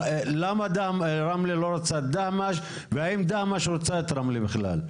למה רמלה לא רוצה את דהמש והאם דהמש רוצה את רמלה בכלל?